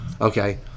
okay